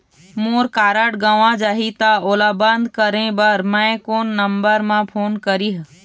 मोर card गंवा जाही त ओला बंद करें बर मैं कोन नंबर म फोन करिह?